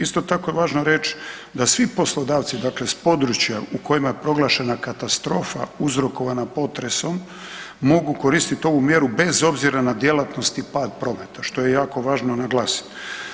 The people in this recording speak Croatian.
Isto tako je važno reći da svi poslodavci, dakle s područja u kojima je proglašena katastrofa uzrokovana potresom mogu koristiti ovu mjeru bez obzira na djelatnost i pad prometa što je jako važno naglasiti.